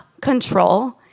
control